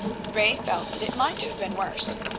ray felt that it might have been worse.